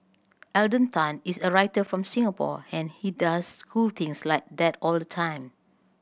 Alden Tan is a writer from Singapore and he does cool things like that all the time